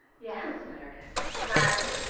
yeah us about our guest. gladly.